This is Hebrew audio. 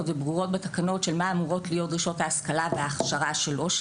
וברורות בתקנות של מה אמורות להיות דרישות ההשכלה וההכשרה שלו,